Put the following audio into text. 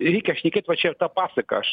reikia šnekėt va čia tą pasaką aš